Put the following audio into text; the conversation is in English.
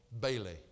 Bailey